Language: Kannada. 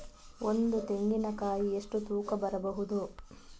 ಒಂದು ತೆಂಗಿನ ಕಾಯಿ ಎಷ್ಟು ತೂಕ ಬರಬಹುದು?